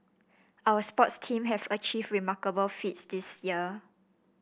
our sports team have achieved remarkable feats this year